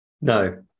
No